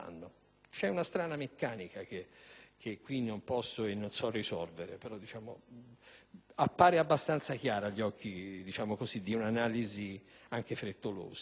C'è una strana meccanica, che qui non posso e non so risolvere; essa, però, appare abbastanza chiara agli occhi di un'analisi, anche frettolosa.